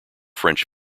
french